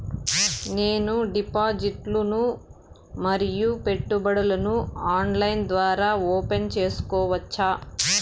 నేను డిపాజిట్లు ను మరియు పెట్టుబడులను ఆన్లైన్ ద్వారా ఓపెన్ సేసుకోవచ్చా?